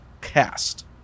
Cast